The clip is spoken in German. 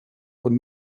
von